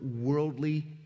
worldly